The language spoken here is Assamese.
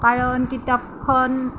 কাৰণ কিতাপখন